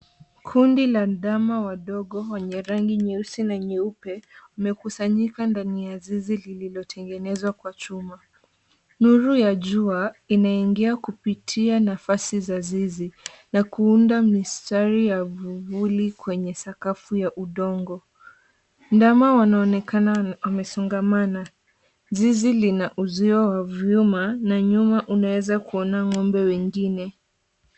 Kundi la ndama wadogo wenye rangi nyeusi na nyeupe wamekusanyika ndani ya zizi, lililotengenezwa kwa chuma. Nuru ya jua inaingia kupitia nafasi ya zizi, na kuunda mistari ya vuli kwenye sakafu ya udongo. Ndama wanaonekana wamesongamana. Zizi lina uzio wa vyuma na nyuma unaweza kuona ng'ombe wengine.